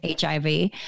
HIV